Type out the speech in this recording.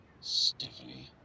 Stephanie